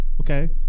Okay